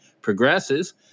progresses